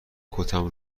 کتم